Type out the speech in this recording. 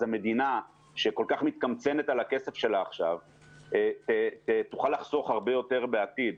המדינה שכל כך מתקמצנת על הכסף שלה עכשיו תוכל לחסוך הרבה יותר בעתיד,